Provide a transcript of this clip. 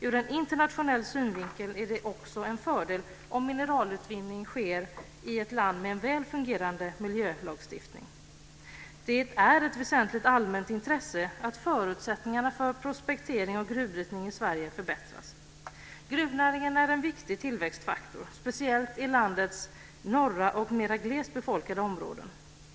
Ur en internationell synvinkel är det också en fördel om mineralutvinning sker i ett land med en väl fungerande miljölagstiftning. Det är ett väsentligt allmänt intresse att förutsättningarna för prospektering och gruvbrytning i Sverige förbättras. Gruvnäringen är en viktig tillväxtfaktor, speciellt i landets norra och mera glest befolkade områden.